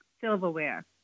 silverware